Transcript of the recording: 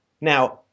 Now